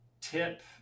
tip